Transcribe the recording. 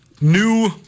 new